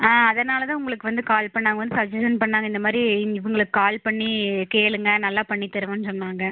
அதனால் தான் உங்களுக்கு வந்து கால் பண்ணேன் அவங்க வந்து சஜ்ஜஷன் பண்ணாங்க இந்த மாதிரி இவங்களுக்கு கால் பண்ணி கேளுங்கள் நல்லா பண்ணித்தருவேன் சொன்னாங்க